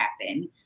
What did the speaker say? happen